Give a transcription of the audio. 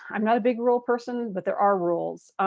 i'm not a big rule person, but there are rules.